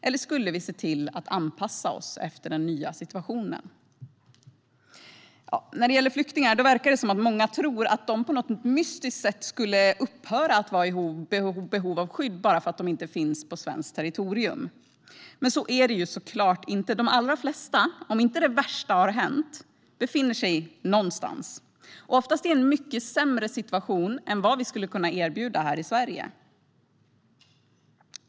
Eller skulle vi se till att anpassa oss efter den nya situationen? När det gäller flyktingar verkar det som att många tror att de på något mystiskt sätt upphör att vara i behov av skydd bara för att de inte finns på svenskt territorium. Så är det såklart inte. Om inte det värsta har hänt befinner de sig någonstans och oftast i en mycket sämre situation än vad vi skulle kunna erbjuda här i Sverige.